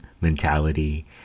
mentality